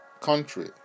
country